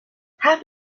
half